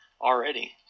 already